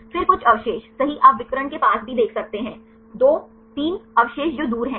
फिर कुछ अवशेष सही आप विकर्ण के पास भी देख सकते हैं 2 3 अवशेष जो दूर हैं